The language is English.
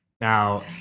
Now